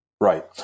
Right